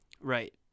right